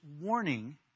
warning